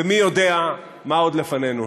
ומי יודע מה עוד לפנינו.